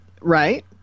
Right